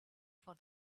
for